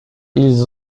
ils